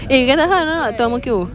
eh you can find or not to ang mo kio